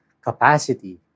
capacity